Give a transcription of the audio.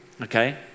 okay